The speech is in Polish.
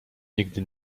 nigdy